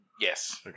Yes